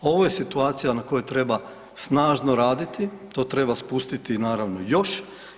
Ovo je situacija na kojoj treba snažno raditi, to treba spustiti naravno još.